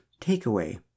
takeaway